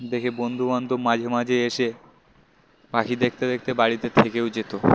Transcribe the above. দেখে বন্ধুবান্ধব মাঝে মাঝে এসে পাখি দেখতে দেখতে বাড়িতে থেকেও যেত